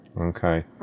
Okay